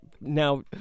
now